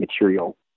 material